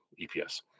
eps